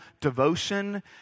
devotion